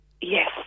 Yes